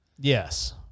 Yes